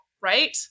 right